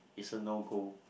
it's a no go